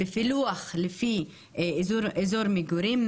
בפילוח לפי אזור מגורים,